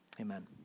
amen